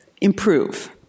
improve